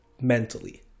mentally